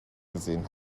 gesehen